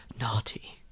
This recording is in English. naughty